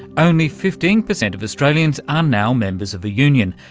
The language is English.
only fifteen percent of australians are now members of a union,